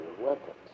weapons